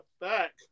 back